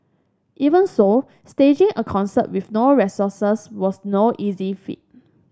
even so staging a concert with no resources was no easy feat